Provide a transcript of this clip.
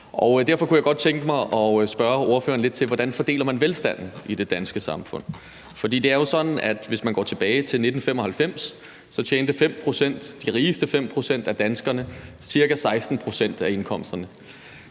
Derfor kunne jeg godt tænke mig at spørge ordføreren lidt til, hvordan man fordeler velstanden i det danske samfund. For det er jo sådan, at hvis man går tilbage til 1995, tjente de rigeste 5 pct. af danskerne ca. 16 pct. af indkomsterne.